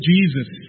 Jesus